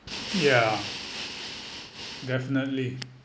yeah definitely